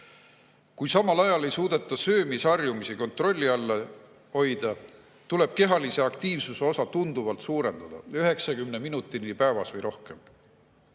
Kui samal ajal ei suudeta söömisharjumusi kontrolli all hoida, tuleb kehalise aktiivsuse osa tunduvalt suurendada, 90 minutini päevas või